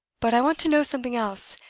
but i want to know something else.